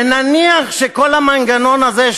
ונניח שכל המנגנון הזה,